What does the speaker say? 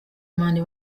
man